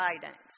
guidance